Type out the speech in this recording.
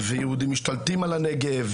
ויהודים משתלטים על הנגב,